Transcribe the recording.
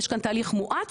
יש כאן תהליך מואץ,